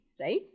right